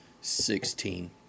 sixteen